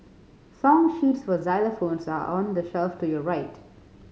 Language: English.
song sheets for xylophones are on the shelf to your right